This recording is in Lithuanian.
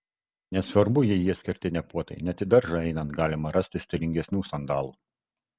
nesvarbu jei jie skirti ne puotai net į daržą einant galima rasti stilingesnių sandalų